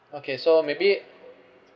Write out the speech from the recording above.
okay so maybe